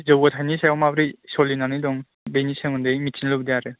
जौगाथाइनि सायाव माबोरै सोलिनानै दं बिनि सोमोन्दै मिथिनो लुबैदों आरो